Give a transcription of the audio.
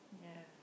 ya